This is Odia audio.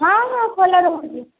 ହଁ ହଁ ଖୋଲା ରହୁଛି